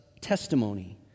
testimony